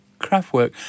Craftwork